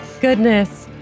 goodness